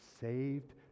saved